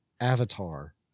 Avatar